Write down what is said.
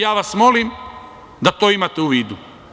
Ja vas molim da to imate u vidu.